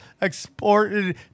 exported